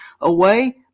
away